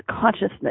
Consciousness